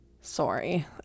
Sorry